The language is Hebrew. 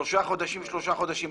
שלושה חודשים שלושה חודשים,